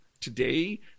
Today